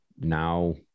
now